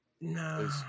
No